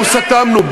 אנחנו סתמנו,